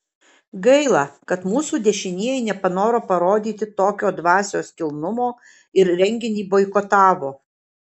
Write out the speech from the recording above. gaila kad mūsų dešinieji nepanoro parodyti tokio dvasios kilnumo ir renginį boikotavo